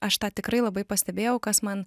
aš tą tikrai labai pastebėjau kas man